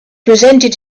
presented